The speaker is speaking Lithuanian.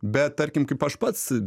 bet tarkim kaip aš pats